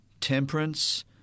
temperance